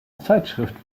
zeitschrift